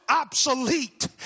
obsolete